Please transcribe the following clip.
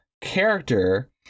character